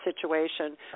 situation